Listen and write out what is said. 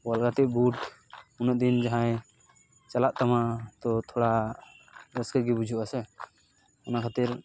ᱵᱚᱞ ᱜᱟᱛᱮᱜ ᱵᱩᱴ ᱩᱱᱟᱹᱜ ᱫᱤᱱ ᱡᱟᱦᱟᱸᱭ ᱪᱟᱞᱟᱜ ᱛᱟᱢᱟ ᱛᱚ ᱛᱷᱚᱲᱟ ᱨᱟᱹᱥᱠᱟᱹ ᱜᱮ ᱵᱩᱡᱷᱟᱹᱜᱼᱟ ᱥᱮ ᱚᱱᱟ ᱠᱷᱟᱹᱛᱤᱨ